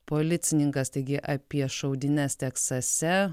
policininkas taigi apie šaudynes teksase